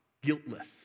guiltless